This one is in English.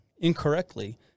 incorrectly